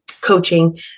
coaching